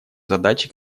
задачи